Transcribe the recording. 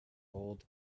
old